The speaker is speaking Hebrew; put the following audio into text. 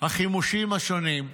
החימושים השונים,